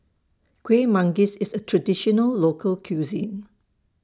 Kuih Manggis IS A Traditional Local Cuisine